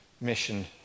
mission